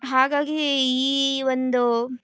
ಹಾಗಾಗಿ ಈ ಒಂದು